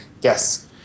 Yes